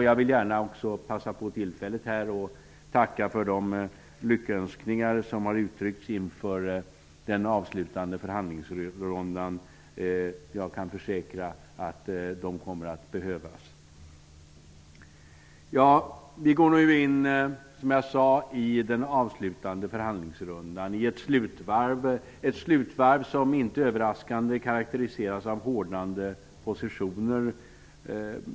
Jag vill gärna passa på att tacka för de lyckönskningar som har uttryckts inför den avslutande förhandlingsrundan. Jag kan försäkra att de kommer att behövas. Vi går nu in i den avslutande förhandlingsrundan. Det är ett slutvarv som inte överraskande karakteriseras av hårdnande positioner.